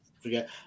forget